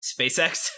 SpaceX